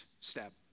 step